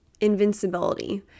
invincibility